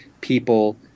people